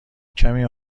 کمی